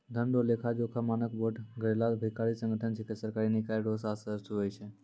धन रो लेखाजोखा मानक बोर्ड गैरलाभकारी संगठन छिकै सरकारी निकाय रो सात सदस्य हुवै छै